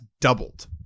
doubled